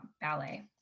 ballet